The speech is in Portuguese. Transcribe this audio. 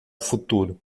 futuro